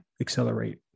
accelerate